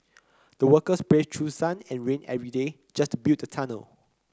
the workers braved through sun and rain every day just to build the tunnel